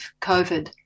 COVID